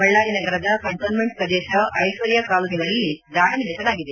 ಬಳ್ಳಾರಿ ನಗರದ ಕಂಟೋನ್ಕೆಂಟ್ ಪ್ರದೇಶ ಐಶ್ವರ್ಯ ಕಾಲೋನಿಗಳಲ್ಲಿ ದಾಳಿ ನಡೆಸಲಾಗಿದೆ